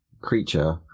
creature